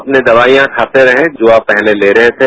अपनी दवाइयां खाते रहें जो आप पहले ले रहे थे